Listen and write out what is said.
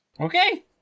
Okay